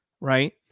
right